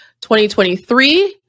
2023